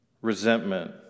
resentment